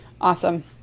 awesome